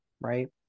right